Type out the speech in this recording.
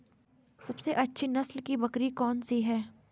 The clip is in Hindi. सबसे अच्छी नस्ल की बकरी कौन सी है?